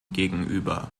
gegenüber